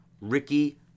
Ricky